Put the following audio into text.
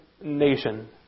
nation